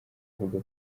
avuga